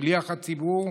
שליח הציבור,